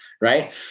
right